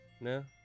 No